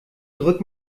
drück